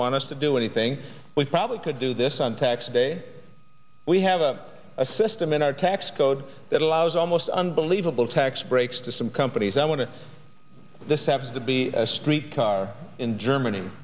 want us to do anything we probably could do this on tax day we have a a system in our tax code that allows almost unbelievable tax breaks to some companies i want to this have to be a street car in germany